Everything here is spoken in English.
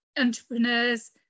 entrepreneurs